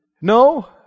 No